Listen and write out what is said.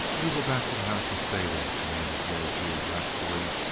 you go back to the house and stay there! commanded j. g, wrathfully.